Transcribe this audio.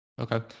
Okay